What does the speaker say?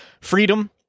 freedom